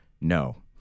no